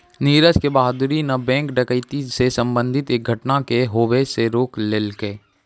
नीरज के बहादूरी न बैंक डकैती से संबंधित एक घटना के होबे से रोक लेलकै